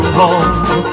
home